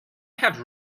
have